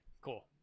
Cool